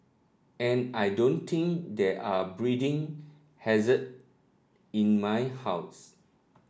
and I don't think there are breeding hazard in my house